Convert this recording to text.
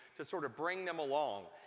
to sort of bring them along.